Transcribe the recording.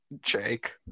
Jake